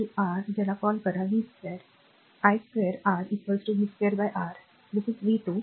तर i r ज्याला call करा v2 i2 R v2 R